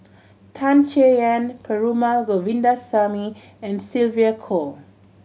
Tan Chay Yan Perumal Govindaswamy and Sylvia Kho